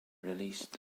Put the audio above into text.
released